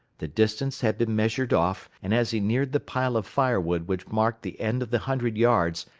the distance had been measured off, and as he neared the pile of firewood which marked the end of the hundred yards,